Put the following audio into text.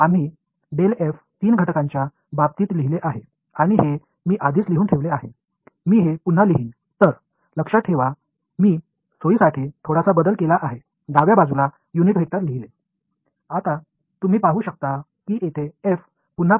∇f ஐ மூன்று கூறுகளின் அடிப்படையில் நான் ஏற்கனவே எழுதியுள்ளேன் இதனை மீண்டும் எழுதும் போது நான் ஒரு சிறிய மாற்றத்தை செய்துள்ளேன் யூனிட் வெக்டர்களை வசதிக்காக இடது புறத்தில் எழுதியுள்ளேன்